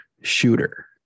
shooter